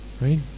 Right